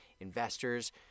investors